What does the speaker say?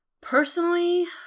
personally